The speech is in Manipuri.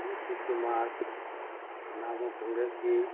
ꯅꯤꯇꯤꯁ ꯀꯨꯃꯥꯔ ꯇ꯭ꯔꯤꯅꯥꯃꯨꯟ ꯀꯣꯡꯒ꯭ꯔꯦꯁꯀꯤ